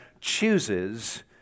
chooses